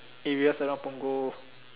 areas around Punggol